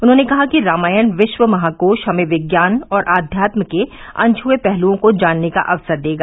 उन्होंने कहा कि रामायण विश्व महाकोश हमें विज्ञान और आध्यात्म के अनछुए पहलुओं को जानने का अवसर देगा